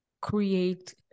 create